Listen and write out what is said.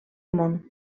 món